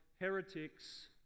heretics